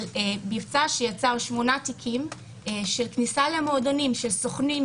היה מבצע שיצר שמונה תיקים של כניסה למועדונים של סוכן,